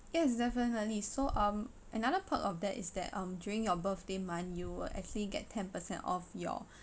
yes definitely so um another perk of that is that um during your birthday month you will actually get ten percent off your